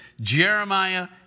Jeremiah